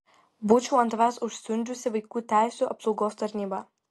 būčiau ant tavęs užsiundžiusi vaikų teisių apsaugos tarnybą